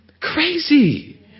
Crazy